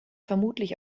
vermutlich